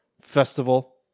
festival